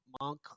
Monk